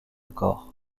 corps